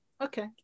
Okay